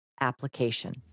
application